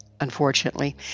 Unfortunately